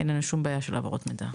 אין לנו שום בעיה של העברות מידע.